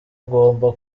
ugomba